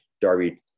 Darby